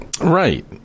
Right